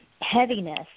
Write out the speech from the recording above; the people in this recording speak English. heaviness